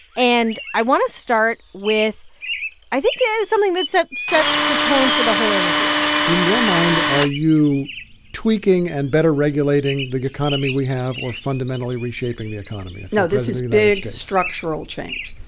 and i wants to start with i think something that sets sets the tone for the whole interview in your mind, are you tweaking and better regulating the economy we have or fundamentally reshaping the economy so this is a big structural change.